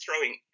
throwing